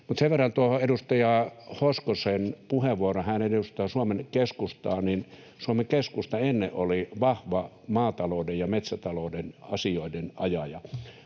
Sen verran tuohon edustaja Hoskosen puheenvuoroon, että hän edustaa Suomen Keskustaa, joka ennen oli vahva maatalouden ja metsätalouden asioiden ajaja,